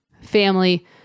family